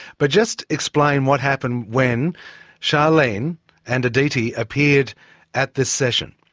but just explain what happened when xialene and aditi appeared at this session.